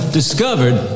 discovered